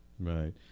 Right